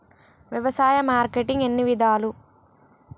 వ్యవసాయ మార్కెటింగ్ ఎన్ని విధాలు?